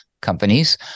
companies